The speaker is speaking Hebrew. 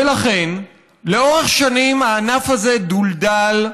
ולכן לאורך שנים הענף הזה דולדל,